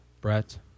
Brett